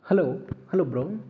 hello hello bro